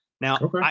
Now